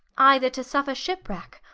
either to suffer shipwracke,